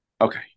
Okay